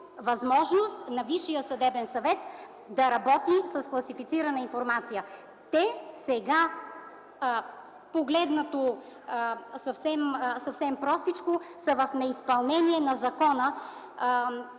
възможност на Висшия съдебен съвет да работи с класифицирана информация. Те сега, погледнато съвсем простичко, са в неизпълнение на Закона